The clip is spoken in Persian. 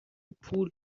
پول